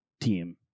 team